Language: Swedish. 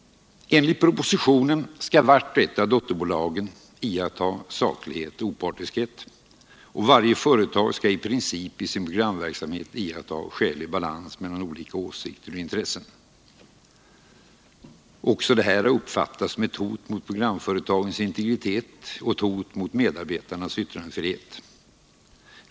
Enligt propositionen skall vart och ett av dotterbolagen iakttaga saklighet och opartiskhet, och varje företag skall i princip i sin programverksamhet iakttaga skälig balans mellan olika åsikter och intressen. Också detta har uppfattats som ett hot mot programföretagens integritet och ett hot mot medarbetarnas yttrandefrihet.